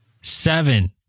Seven